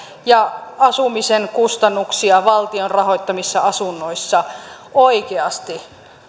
ja asumisen kustannuksia valtion rahoittamissa asunnoissa oikeasti